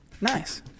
Nice